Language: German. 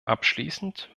abschließend